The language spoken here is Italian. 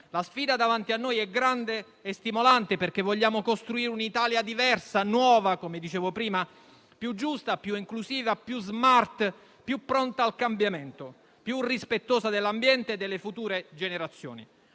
La sfida davanti a noi è grande e stimolante perché vogliamo costruire un'Italia diversa, nuova - come dicevo prima - più giusta, più inclusiva, più *smart*, più pronta al cambiamento, più rispettosa dell'ambiente e delle future generazioni.